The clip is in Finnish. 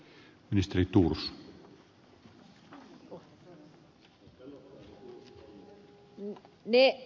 satosen puheenvuorosta kävi ilmi